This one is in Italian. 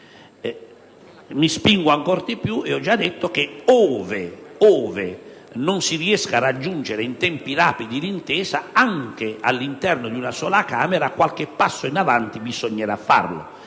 La ringrazio, Presidente. Dicevo che, ove non si riesca a raggiungere in tempi rapidi l'intesa, anche all'interno di una sola Camera, qualche passo in avanti bisognerà farlo.